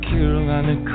Carolina